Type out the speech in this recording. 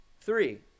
Three